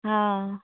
हँ